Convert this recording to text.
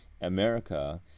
America